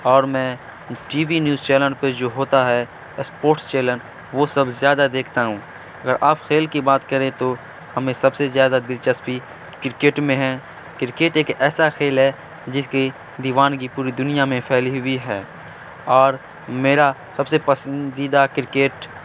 اور میں T V news channel پہ جو ہوتا ہے اسپورٹس چینل وہ سب زیادہ دیکھتا ہوں اگر آپ کھیل کی بات کریں تو ہمیں سب سے زیادہ دلچسپی کرکٹ میں ہیں کرکٹ ایک ایسا کھیل ہے جس کی دیوان کی پوری دنیا میں پھیلی ہوئی ہے اور میرا سب سے پسندیدہ کرکٹ